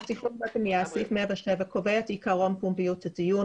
סעיף 107 קובע את עיקרון פומביות הדיון